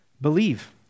believe